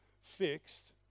fixed